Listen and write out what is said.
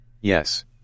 Yes